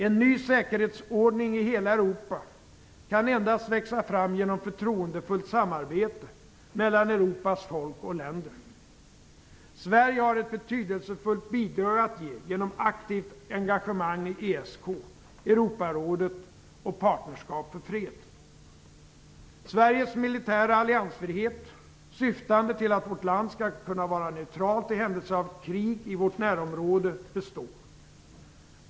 En ny säkerhetsordning i hela Europa kan endast växa fram genom förtroendefullt samarbete mellan Europas folk och länder. Sverige har ett betydelsefullt bidrag att ge genom aktivt engagemang i ESK, Sveriges militära alliansfrihet syftande till att vårt land skall kunna vara neutralt i händelse av krig i vårt närområde består.